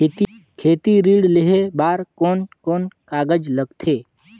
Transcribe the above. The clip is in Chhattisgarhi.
खेती ऋण लेहे बार कोन कोन कागज लगथे?